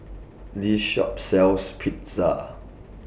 This Shop sells Pizza